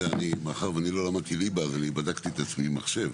מאחר ואני לא למדתי ליבה ואני בדקתי את עצמי עם מחשב.